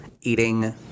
eating